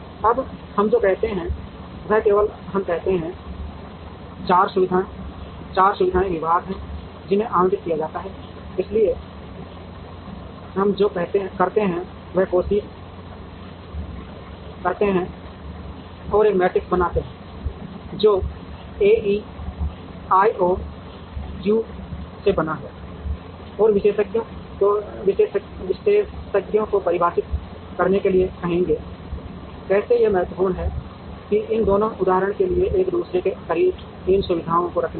अब हम जो करते हैं वह केवल हम कहते हैं 4 सुविधाएं विभाग हैं जिन्हें आवंटित किया जाना है इसलिए हम जो करते हैं वह कोशिश करते हैं और एक मैट्रिक्स बनाते हैं जो AEIOU से बना है और विशेषज्ञों को परिभाषित करने के लिए कहेंगे कैसे यह महत्वपूर्ण है कि इन दोनों उदाहरण के लिए एक दूसरे के करीब इन सुविधाओं को रखने के लिए